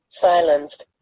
silenced